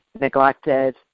neglected